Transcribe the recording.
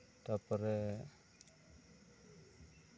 ᱛᱟᱨᱯᱚᱨᱮ